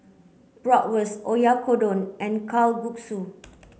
Bratwurst Oyakodon and Kalguksu